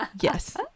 Yes